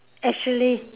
actually